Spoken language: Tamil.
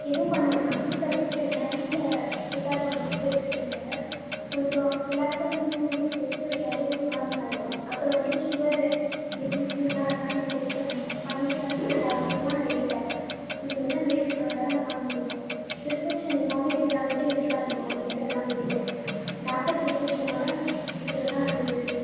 எதுவும் பண்ண வேணாம் வீட்டில் ரெஸ்ட் எடுங்க வீட்டில் பிரிப்பேர் பண்ணுற ஃபுட்டு எடுத்துக்கோங்க கொஞ்ச ரிலாக்ஸாக இருந்திங்கன்னா டூ டேஸ் ரெஸ்ட் எடுத்தாலே நார்மல் ஆயிடும் அப்புறோம் வந்து ஷுகரு இந்த பீப்பி இதெலாம் இருக்கான்னு வந்து டெஸ்ட் பண்ணுங்கள் பண்ணிவிட்டு அதுக்குள்ளே டேப்லட்ஸ் எல்லாம் நான் எழுதித்தரேன் நீங்கள் எல்லாம் நேரில் வந்தாதா என்னால் பண்ண முடியும் ப்ரிஸ்கிரிப்ஷன் இல்லாமல் எந்த டேப்லட்டும் எடுத்துக்காதிங்க மெடிக்கல் எல்லாம் போய்விட்டு டாக்டர் ப்ரிஸ்கிரிப்ஷனோட எடுத்துக்குறதுதான் நல்லது